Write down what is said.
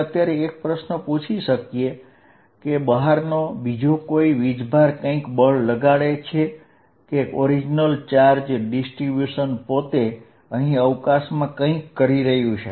હવે પ્રશ્ન એ છે કે શું આપણને હંમેશા બળ શોધવા માટે અન્ય ચાર્જની જરૂર પડે કે આ ઓરીજીનલ ચાર્જ વિતરણ પોતે જ અવકાશમાં કંઈક કરે છે